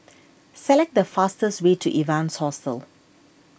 select the fastest way to Evans Hostel